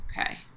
Okay